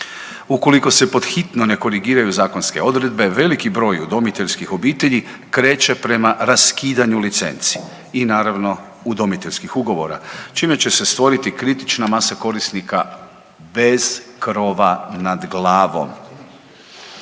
Ukoliko se pod hitno ne korigiraju zakonske odredbe veliki broj udomiteljskih obitelji kreće prema raskidanju licenci i naravno udomiteljskih ugovora čime će se stvoriti kritična masa korisnika bez krova nad glavom.